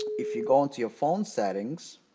if you go into your phone settings,